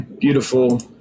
beautiful